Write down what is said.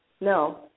no